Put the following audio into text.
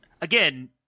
again